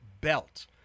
belt